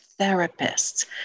therapists